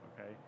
Okay